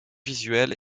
visuelle